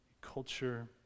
culture